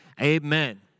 amen